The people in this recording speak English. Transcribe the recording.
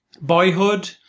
Boyhood